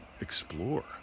explore